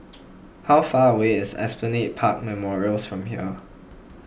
how far away is Esplanade Park Memorials from here